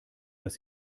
dass